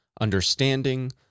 understanding